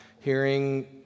hearing